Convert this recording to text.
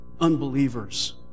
unbelievers